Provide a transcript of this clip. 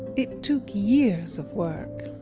it took years of work.